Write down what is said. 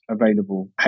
available